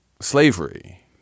slavery